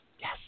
Yes